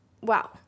wow